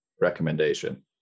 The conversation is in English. recommendation